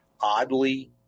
oddly